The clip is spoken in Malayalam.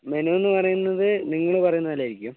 മെനുവെന്ന് പറയുന്നത് നിങ്ങൾ പറയുന്ന പോലെ ആയിരിക്കും